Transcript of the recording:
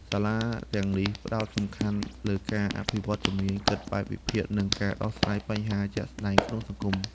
សាលាទាំងនេះផ្ដោតសំខាន់លើការអភិវឌ្ឍជំនាញគិតបែបវិភាគនិងការដោះស្រាយបញ្ហាជាក់ស្តែងក្នុងសង្គម។